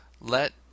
let